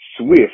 swift